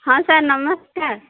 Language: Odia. ହଁ ସାର୍ ନମସ୍କାର